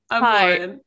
hi